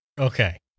Okay